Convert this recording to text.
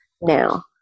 now